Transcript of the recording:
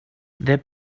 their